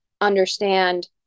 understand